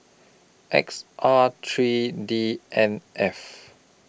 X R three D N F